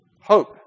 Hope